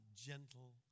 Gentle